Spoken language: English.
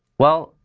well,